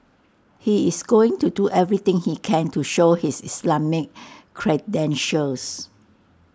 he is going to do everything he can to show his Islamic credentials